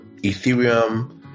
Ethereum